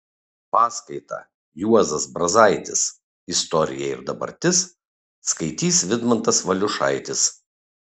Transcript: paskaitą juozas brazaitis istorija ir dabartis skaitys vidmantas valiušaitis